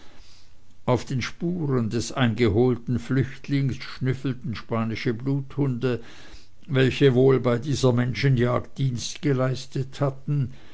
auf den spuren des eingeholten flüchtlings schnüffelten spanische bluthunde welche wohl bei dieser menschenjagd dienste geleistet hatten